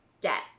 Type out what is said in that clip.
debt